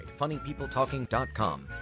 funnypeopletalking.com